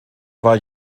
war